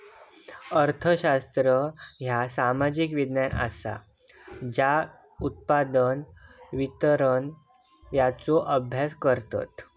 अर्थशास्त्र ह्या सामाजिक विज्ञान असा ज्या उत्पादन, वितरण यांचो अभ्यास करता